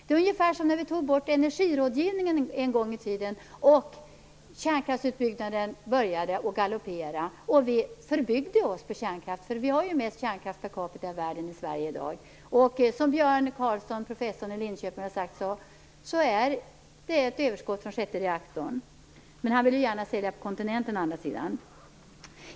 Det är ungefär som när vi tog bort energirådgivningen en gång i tiden, och kärnkraftsutbyggnaden började galoppera och vi förbyggde oss på kärnkraft. Vi har ju mest kärnkraft per capita i världen i dag. Det är som Björn Karlsson, professorn i Linköping, har sagt: Det finns ett överskott från sjätte reaktorn. Men han vill å andra sidan gärna sälja på kontinenten.